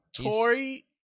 Tori